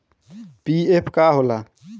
PF का होला?